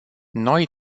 noi